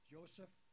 Joseph